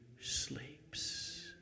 sleeps